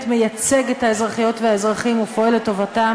מייצג את האזרחיות והאזרחים ופועל לטובתם,